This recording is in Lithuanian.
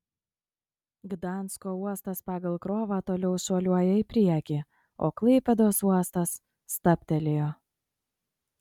gdansko uostas pagal krovą toliau šuoliuoja į priekį o klaipėdos uostas stabtelėjo